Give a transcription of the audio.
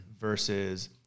versus